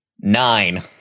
Nine